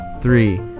Three